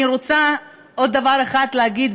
אני רוצה עוד דבר אחד להגיד,